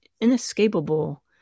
inescapable